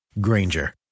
Granger